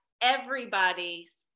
everybody's